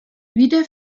wieder